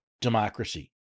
democracy